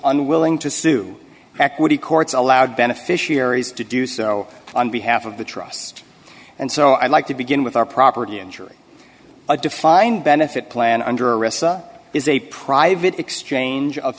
unwilling to sue equity courts allowed beneficiaries to do so on behalf of the trust and so i'd like to begin with our property injury a defined benefit plan under arrest is a private exchange of